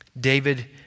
David